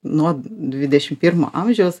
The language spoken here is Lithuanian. nuo dvidešim pirmo amžiaus